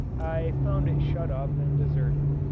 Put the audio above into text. i found it shut up and deserted.